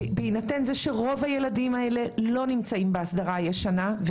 רוב הילדים האלה לא נמצאים בהסדרה הישנה,